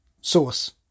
source